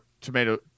Tomato